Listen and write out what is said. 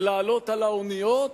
ולעלות על האוניות,